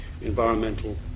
environmental